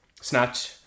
Snatch